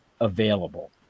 available